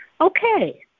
okay